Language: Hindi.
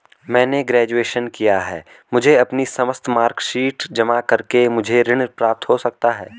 मैंने ग्रेजुएशन किया है मुझे अपनी समस्त मार्कशीट जमा करके मुझे ऋण प्राप्त हो सकता है?